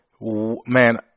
man